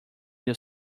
your